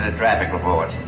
ah traffic reports.